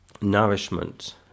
nourishment